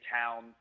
town